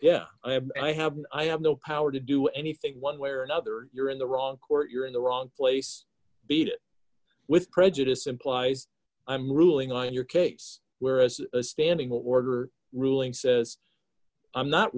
yeah i have i have i have no power to do anything one way or another you're in the wrong court you're in the wrong place beat it with prejudice implies i'm ruling on your case whereas a standing order ruling says i'm not